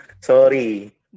Sorry